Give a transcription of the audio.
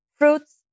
Fruits